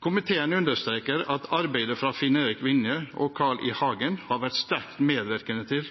Komiteen understreker at arbeidet til Finn-Erik Vinje og Carl I. Hagen har vært sterk medvirkende til,